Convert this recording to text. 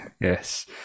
yes